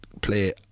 play